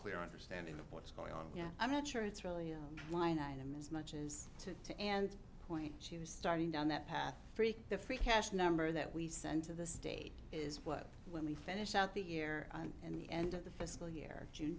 clear understanding of what's going on yeah i'm not sure it's really a line item as much as to and point she was starting down that path break the free cash number that we send to the state is what when we finish out the year and the end of the fiscal year june